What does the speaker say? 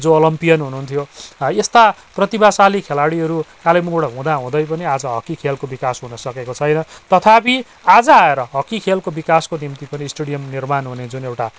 जो अलिम्पियन हुनुहुन्थ्यो है यस्ता प्रतिभाशाली खेलाडीहरू कालेबुङबाट हुँदा हुँदै पनि आज हकी खेलको बिकास हुन सकेको छैन तथापि आज आएर हकी खेलको बिकासको निम्ति स्टेडियम निर्माण हुने जुन एउटा